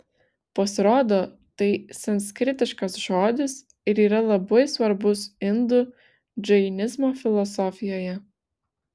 pasirodo tai sanskritiškas žodis ir yra labai svarbus indų džainizmo filosofijoje